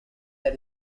that